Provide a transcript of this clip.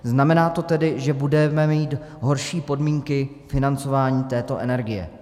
Znamená to tedy, že budeme mít horší podmínky financování této energie.